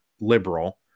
liberal